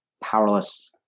powerless